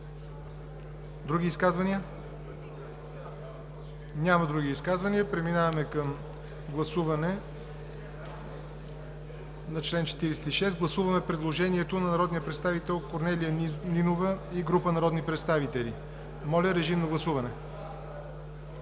Други изказвания? Няма други изказвания. Преминаваме към гласуване на чл. 46. Гласуваме предложението на народния представител Корнелия Нинова и група народни представители. Гласували